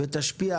ותשפיע,